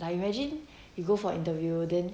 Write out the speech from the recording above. like imagine you go for interview then